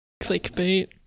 clickbait